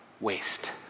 waste